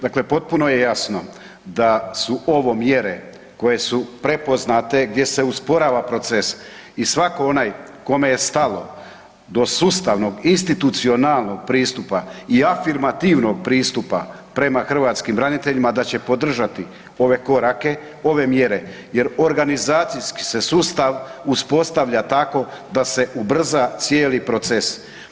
Dakle, potpuno je jasno da su ovo mjere koje su prepoznate gdje se usporava proces i svatko onaj kome je stalo do sustavnog institucionalnog pristupa i afirmativnog pristupa prema hrvatskim braniteljima da će podržati ove korake, ove mjere jer organizacijski se sustav uspostavlja tako da se ubrza cijeli proces.